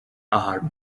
are